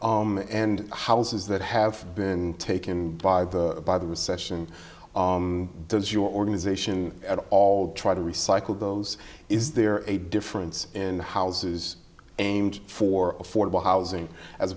and houses that have been taken by by the recession does your organization at all try to recycle those is there a difference in houses aimed for affordable housing as